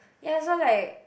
ya so like